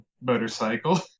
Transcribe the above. motorcycle